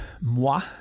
moi